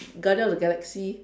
Guardian of the Galaxy